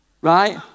right